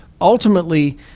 ultimately